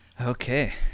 Okay